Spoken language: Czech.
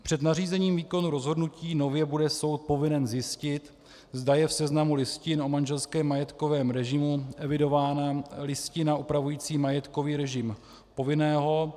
Před nařízením výkonu rozhodnutí bude soud nově povinen zjistit, zda je v seznamu listin o manželském majetkovém režimu evidována listina upravující majetkový režim povinného.